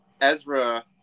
Ezra